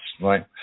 right